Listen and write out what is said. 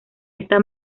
esta